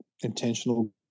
intentional